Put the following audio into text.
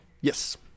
Yes